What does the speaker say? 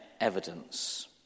evidence